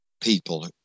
people